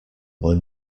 when